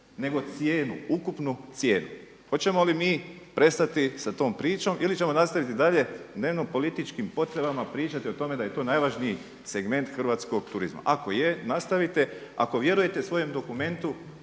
nego cijenu ukupnu cijenu. Hoćemo li mi prestati sa tom pričom ili ćemo nastaviti dalje dnevno političkim potrebama pričati da je to najvažniji segment hrvatskog turizma? Ako je nastavite, ako vjerujete svojem dokumentu